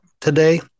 today